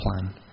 plan